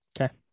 Okay